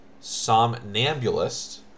somnambulist